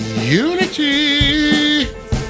Unity